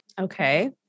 Okay